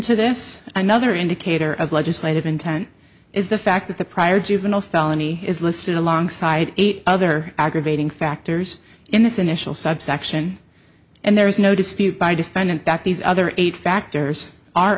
to this another indicator of legislative intent is the fact that the prior juvenile felony is listed alongside eight other aggravating factors in this initial subsection and there is no dispute by defendant that these other eight factors are